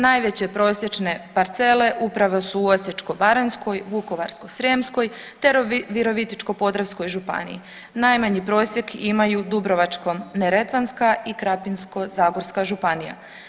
Najveće prosječne parcele upravo su u Osiječko-baranjskoj, Vukovarsko-srijemskoj, te Virovitičko-podravskoj županiji, najmanji prosjek imaju Dubrovačko-neretvanska i Krapinsko-zagorska županija.